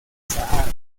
sahara